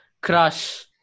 Crush